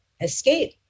escape